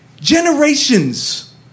Generations